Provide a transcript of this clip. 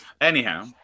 Anyhow